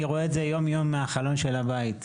אני רואה את זה יום-יום מהחלון של הבית.